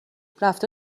رفته